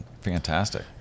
fantastic